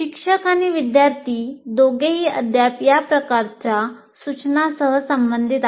शिक्षक आणि विद्यार्थी दोघेही अद्याप या प्रकारच्या सूचनांसह संबंधित आहेत